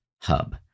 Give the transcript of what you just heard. Hub